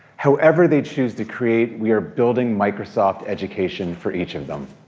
however, they choose to create we are building microsoft education for each of them.